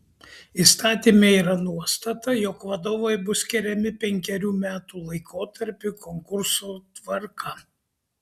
įstatyme yra nuostata jog vadovai bus skiriami penkerių metų laikotarpiui konkurso tvarka